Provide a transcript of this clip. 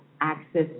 access